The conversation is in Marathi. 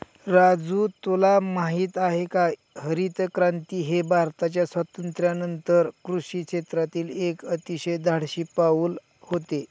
राजू तुला माहित आहे का हरितक्रांती हे भारताच्या स्वातंत्र्यानंतर कृषी क्षेत्रातील एक अतिशय धाडसी पाऊल होते